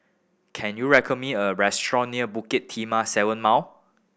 can you me a restaurant near Bukit Timah Seven Mao